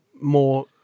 more